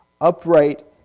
upright